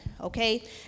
okay